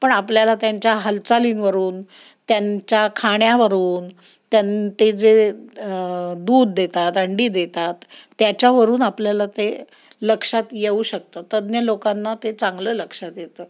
पण आपल्याला त्यांच्या हालचालींवरून त्यांच्या खाण्यावरून त्यां ते जे दूध देतात अंडी देतात त्याच्यावरून आपल्याला ते लक्षात येऊ शकतं तज्ज्ञ लोकांना ते चांगलं लक्षात येतं